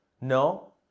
No